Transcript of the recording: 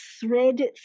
thread